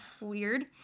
Weird